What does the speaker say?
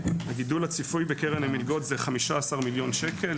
הגידול הצפוי בקרן המלגות הוא 15 מיליון שקלים,